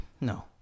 No